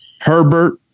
Herbert